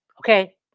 okay